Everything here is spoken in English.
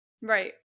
Right